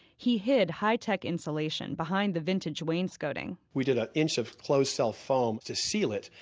he hid high-tech insulation behind the vintage wainscoting we did an inch of close-cell foam to seal it,